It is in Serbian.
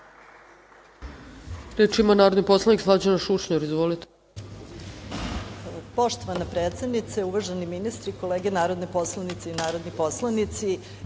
Reč ima narodni poslanik Slađana Šušnjar. Izvolite.